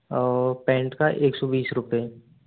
और पेंट का एक सौ बीस रुपये